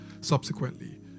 subsequently